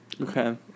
okay